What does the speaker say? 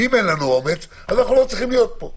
ואם אין לנו אומץ, אנחנו לא צריכים להיות פה.